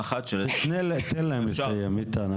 ניתן להם לסיים את ההערות.